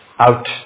out